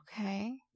Okay